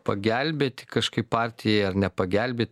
pagelbėti kažkaip partijai ar nepagelbėt